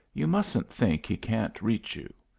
you mustn't think he can't reach you.